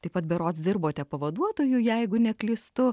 taip pat berods dirbote pavaduotoju jeigu neklystu